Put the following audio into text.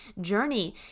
journey